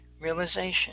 realization